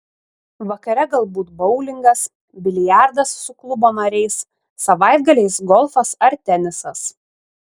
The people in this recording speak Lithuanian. vakare galbūt boulingas biliardas su klubo nariais savaitgaliais golfas ar tenisas